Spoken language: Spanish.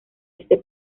este